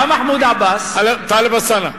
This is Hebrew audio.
חבר הכנסת טלב אלסאנע.